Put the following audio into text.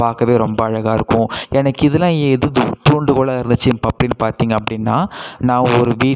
பார்க்கவே ரொம்ப அழகாக இருக்கும் எனக்கு இதெலாம் எது து தூண்டுகோலாக இருந்துச்சு இப்போ அப்படினு பார்த்தீங்க அப்படின்னா நான் ஒரு வீட்